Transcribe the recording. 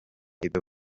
ibyo